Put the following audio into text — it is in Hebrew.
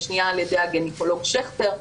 השנייה על ידי הגניקולוג שכטר,